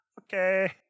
Okay